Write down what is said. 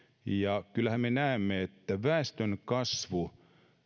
kyllähän me näemme että väestönkasvu